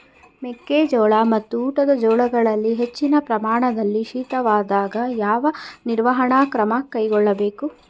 ಮೆಕ್ಕೆ ಜೋಳ ಮತ್ತು ಊಟದ ಜೋಳಗಳಿಗೆ ಹೆಚ್ಚಿನ ಪ್ರಮಾಣದಲ್ಲಿ ಶೀತವಾದಾಗ, ಯಾವ ನಿರ್ವಹಣಾ ಕ್ರಮ ಕೈಗೊಳ್ಳಬೇಕು?